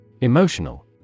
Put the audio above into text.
Emotional